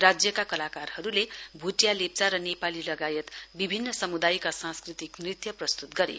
राज्यका कलाकारहरुले भूटिया लेप्चा र नेपाली लगायत निभिन्न समुदायका संस्कृतिक नृत्य प्रस्त्त गरे